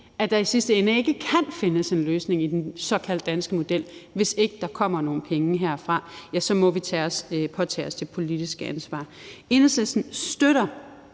der i sidste ende ikke kan findes en løsning i den såkaldte danske model, hvis ikke der kommer nogle penge herfra, så må vi påtage os det politiske ansvar. Enhedslisten støtter